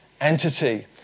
entity